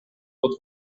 pod